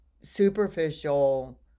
superficial